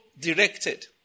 directed